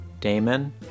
Damon